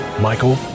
Michael